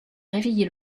réveiller